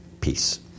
peace